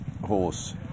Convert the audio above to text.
horse